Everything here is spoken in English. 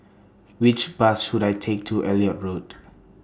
Which Bus should I Take to Elliot Road